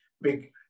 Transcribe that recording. big